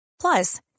plus